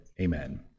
Amen